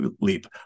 leap